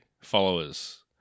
followers